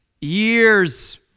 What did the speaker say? years